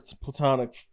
platonic